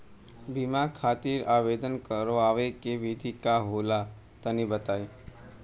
बीमा खातिर आवेदन करावे के विधि का होला तनि बताईं?